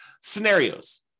scenarios